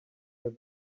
your